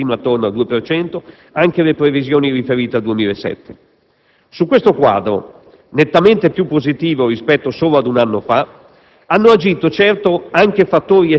di rivedere in crescita, con una stima intorno al 2 per cento, anche le previsioni riferite al 2007. Su questo quadro, nettamente più positivo rispetto solo ad un anno fa,